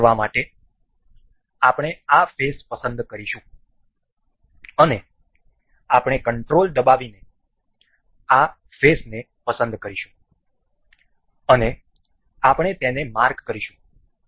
આ કરવા માટે આપણે આ ફેસ પસંદ કરીશું અને આપણે કંટ્રોલ દબાવીને આ ફેસને પસંદ કરીશું અને આપણે તેને માર્ક કરીશું